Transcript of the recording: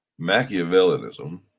machiavellianism